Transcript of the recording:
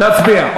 להצביע.